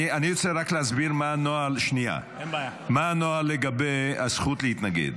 אני רוצה רק להסביר מה הנוהל לגבי הזכות להתנגד.